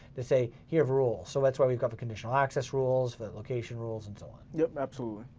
to say you have rules. so that's why we've got the conditional access rules, the location rules and so on. yep, absolutely.